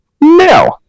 No